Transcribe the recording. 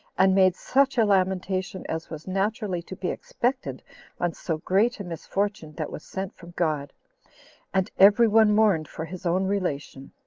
and made such a lamentation as was naturally to be expected on so great a misfortune that was sent from god and every one mourned for his own relation.